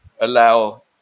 allow